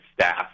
staff